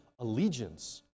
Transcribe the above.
allegiance